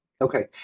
Okay